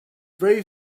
very